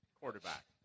quarterback